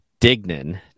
dignan